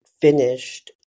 finished